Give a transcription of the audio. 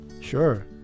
Sure